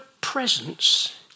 presence